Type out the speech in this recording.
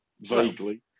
Vaguely